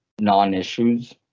non-issues